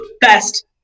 Best